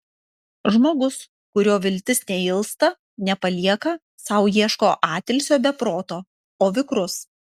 žmogus kurio viltis neilsta nepalieka sau ieško atilsio be proto o vikrus